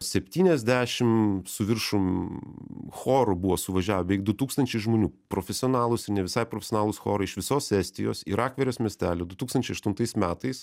septyniasdešim su viršum chorų buvo suvažiavę beveik du tūkstančiai žmonių profesionalūs ir ne visai profesionalūs chorai iš visos estijos į rakverės miestelį du tūkstančiai aštuntais metais